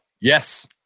Yes